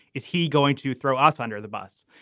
is he going to throw us under the bus?